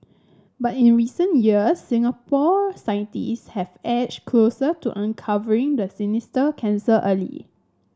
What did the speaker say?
but in recent years Singapore scientist have edged closer to uncovering the sinister cancer early